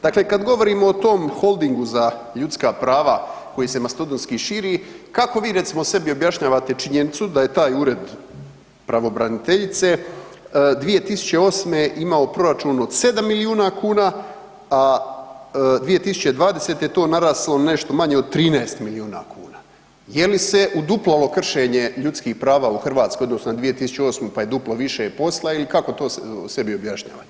Dakle, kad govorimo o tom holdingu za ljudska prava koji se mastodontski širi, kako vi recimo sebi objašnjavate činjenicu da je taj Ured pravobraniteljice 2008.imao proračun od 7 milijuna kuna, a 2020.je to naraslo nešto manje od 13 milijuna kuna, je li se uduplalo kršenje ljudskih prava u Hrvatskoj u odnosu na 2008.pa je duplo više posla ili kako to sebi objašnjavate?